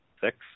six